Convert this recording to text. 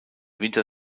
winter